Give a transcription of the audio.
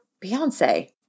Beyonce